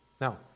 Now